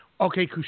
Okay